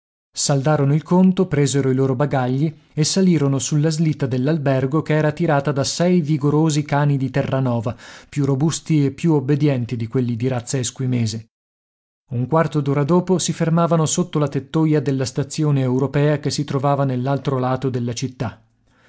saldarono il conto presero i loro bagagli e salirono sulla slitta dell'albergo che era tirata da sei vigorosi cani di terranova più robusti e più obbedienti di quelli di razza esquimese un quarto d'ora dopo si fermavano sotto la tettoia della stazione europea che si trovava nell'altro lato della città